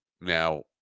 now